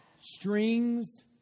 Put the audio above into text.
Strings